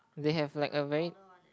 they have like a very